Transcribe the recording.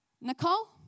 Nicole